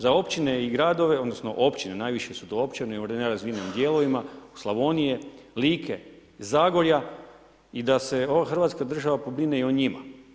Za općine i gradove, odnosno općine, najviše su to općine u nerazvijenim dijelovima Slavonije, Like, Zagorja i da se ova hrvatska država pobrine i o njima.